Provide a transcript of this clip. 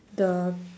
the